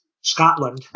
Scotland